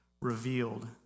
revealed